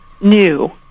new